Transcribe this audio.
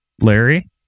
Larry